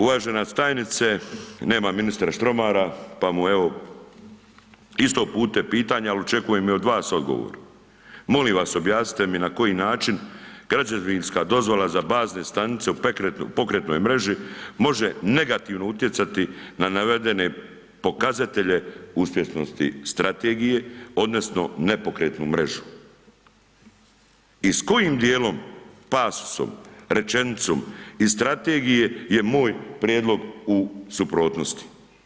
Uvažena tajnice, nema ministra Štromara, pa mu evo isto uputite pitanja, ali očekujem i od vas odgovor, molim vas objasnite mi na koji način građevinska dozvola za bazne stanice u pokretnoj mreži može negativno utjecati na navedene pokazatelje uspješnosti strategije, odnosno nepokretnu mrežu i s kojim dijelom, pasom, rečenicom iz strategije je moj prijedlog u suprotnosti.